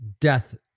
death